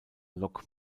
lok